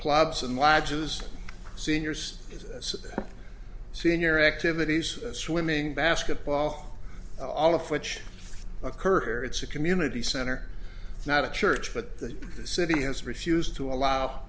clubs and latches seniors as senior activities swimming basketball all of which occur here it's a community center not a church but the city has refused to allow